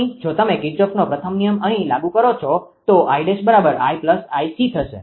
અહીં જો તમે કિર્ચોફનો પ્રથમ નિયમ અહીં લાગુ કરો છો તો 𝐼′ 𝐼 𝐼𝑐 થશે